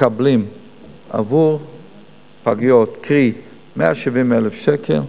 מקבלים עבור פגיות, קרי, 170,000 שקל,